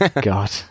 god